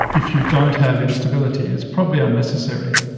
if you don't have instability, is probably unnecessary,